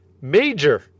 major